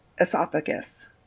esophagus